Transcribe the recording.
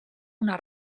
una